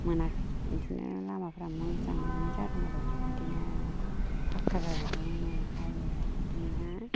मोनाखै बिदिनो लामाफ्रा मोजाङैनो जादों आरो बिदिनो फाक्का जाजोबदों ओमफ्राय बिदिनो